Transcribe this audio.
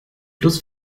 bloß